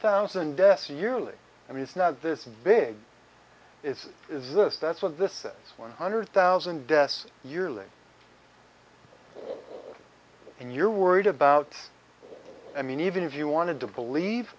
thousand deaths yearly i mean it's not this very big is is this that's what this one hundred thousand deaths yearly all in you're worried about i mean even if you wanted to believe